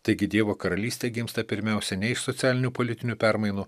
taigi dievo karalystė gimsta pirmiausia nei iš socialinių politinių permainų